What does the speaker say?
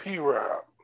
P-Rob